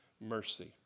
mercy